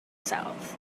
south